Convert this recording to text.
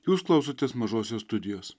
jūs klausotės mažosios studijos